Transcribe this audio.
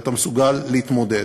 שבו אתה מסוגל להתמודד.